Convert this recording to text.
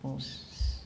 oh